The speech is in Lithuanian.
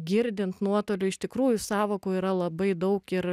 girdint nuotoliu iš tikrųjų sąvokų yra labai daug ir